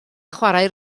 chwarae